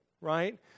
right